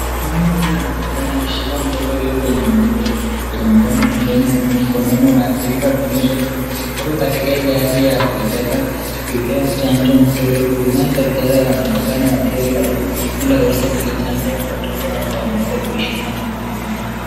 Mama huyu anaonekana akishika mtoto huyu kwenye mkono wake, huku akionyesha kuwa wako katika ile hali ya kuitaka kupea chanjo mtoto huyu, naye daktari wanaonekana wakiwa karibu ili aweze kuichanja watoto hao ambao wameweza kushikwa na wakina mama hao.